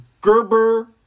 Gerber